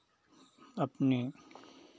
अपने